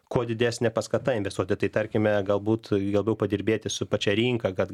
kuo didesnė paskata investuoti bet tai tarkime galbūt labiau padirbėti su pačia rinka kad